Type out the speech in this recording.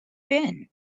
been